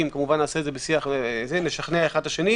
כמובן שנעשה את זה בשיח ונשכנע זה את זה.